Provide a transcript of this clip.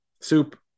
Soup